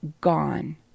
Gone